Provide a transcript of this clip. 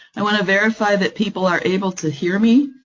i want to verify that people are able to hear me,